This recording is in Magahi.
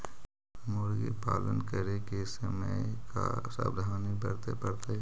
मुर्गी पालन करे के समय का सावधानी वर्तें पड़तई?